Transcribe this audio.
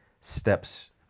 steps